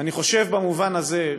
ואני חושב, במובן הזה,